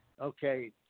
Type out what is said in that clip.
Okay